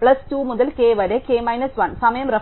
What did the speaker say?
plus 2 മുതൽ k വരെ k minus 1